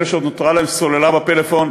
לאלה שעוד נותרה להם סוללה בפלאפון,